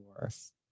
worse